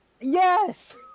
Yes